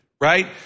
right